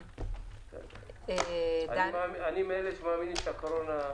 אני מאלה שמאמינים שהקורונה,